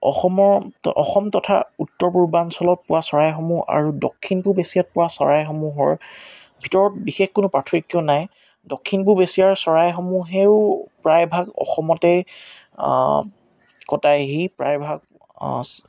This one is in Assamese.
অসমৰ অসম তথা উত্তৰ পূৰ্বাঞ্চলত পোৱা চৰাইসমূহ আৰু দক্ষিণ পূৱ এছিয়াত পোৱা চৰাইসমূহৰ ভিতৰত বিশেষ কোনো পাৰ্থক্য নাই দক্ষিণ পূৱ এছিয়াৰ চৰাইসমূহেও প্ৰায়ভাগ অসমতে কটায়হি প্ৰায়ভাগ